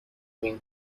این